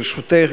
ברשותך,